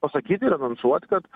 pasakyt ir anonsuot kad